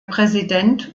präsident